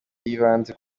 yibanze